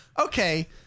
okay